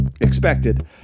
expected